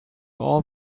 all